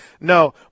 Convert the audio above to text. No